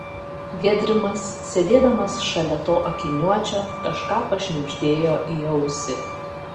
gedrimas sėdėdamas šalia to akiniuočio kažką pašnibždėjo į ausį